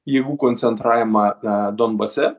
jėgų koncentravimą donbase